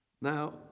Now